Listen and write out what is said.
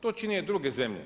To čine druge zemlje.